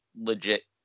legit